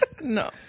No